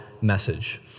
message